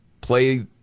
play